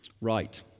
Right